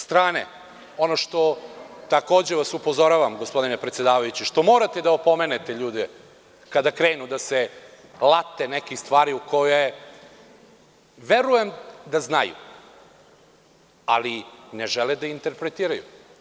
S druge strane, ono na šta vas takođe upozoravam, gospodine predsedavajući, što morate da opomenete ljude kada krenu da se late nekih stvari koje verujem da znaju, ali ne žele da interpretiraju.